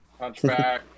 punchback